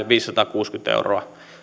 heille viisisataakuusikymmentä euroa